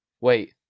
Wait